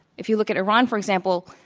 if you look at iran, for example,